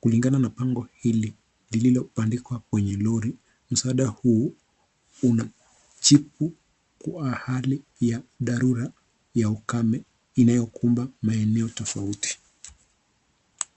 Kulingana na bango hili lililobandikwa kwenye lori msaada huu una jibu wa hali ya dharura ya ukame inayokumba maeneo tofauti.